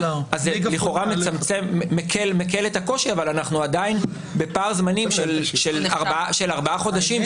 זה לכאורה מקל את הקושי אבל אנחנו עדיין בפער זמנים של ארבעה חודשים,